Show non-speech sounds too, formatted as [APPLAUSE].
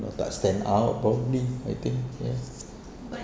tak stand out properly I think ya [BREATH]